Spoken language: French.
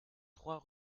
trois